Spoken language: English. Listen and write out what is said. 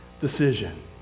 decision